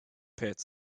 pits